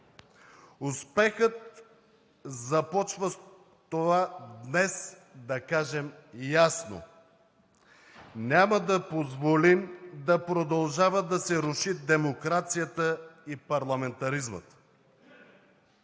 Успехът започва с това днес да кажем ясно: „Няма да позволим да продължава да се руши демокрацията и парламентаризмът.“